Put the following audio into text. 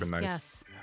yes